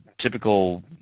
typical